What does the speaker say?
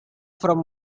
from